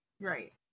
right